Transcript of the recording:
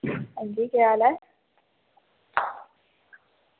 अंजी केह् हाल ऐ